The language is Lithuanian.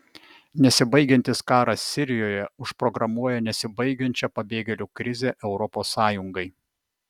nesibaigiantis karas sirijoje užprogramuoja nesibaigiančią pabėgėlių krizę europos sąjungai